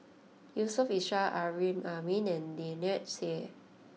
Yusof Ishak Amrin Amin and Lynnette Seah